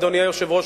אדוני היושב-ראש,